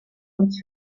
uns